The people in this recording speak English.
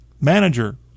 manager